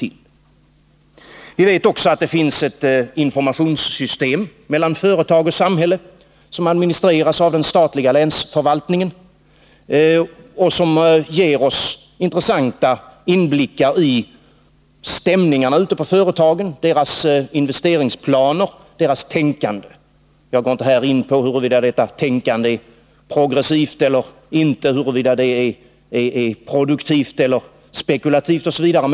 147 Vi vet också att det finns ett system för information mellan företag och samhälle som administreras av den statliga länsförvaltningen och som ger oss intressanta inblickar i stämningarna ute på företagen — i deras investeringsplaner, deras tänkande. Jag går inte här in på huruvida detta kunnande är progressivt eller inte, huruvida det är produktivt eller spekulativt osv.